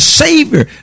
savior